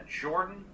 jordan